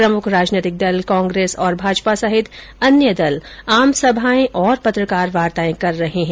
प्रमुख राजनैतिक दल कांग्रेस और भाजपा सहित अन्य दल आमसभाए और पत्रकार वार्ताए कर रहे है